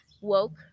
woke